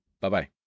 Bye-bye